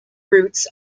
roots